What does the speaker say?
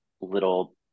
little